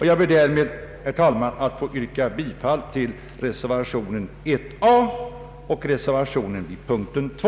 Jag ber, herr talman, att få yrka bifall till reservationerna 1 a och 2.